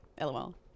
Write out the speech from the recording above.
LOL